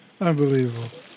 Unbelievable